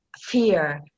fear